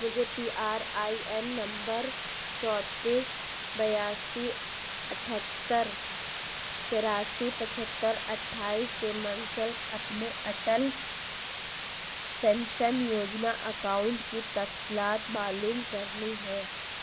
مجھے P R I N نمبر چونتیس بیاسی اٹہتر تراسی پچہتر اٹھائیس سے منسلک اپنے اٹل پینشن یوجنا اکاؤنٹ کی تفصیلات معلوم کرنی ہے